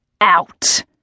out